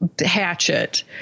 Hatchet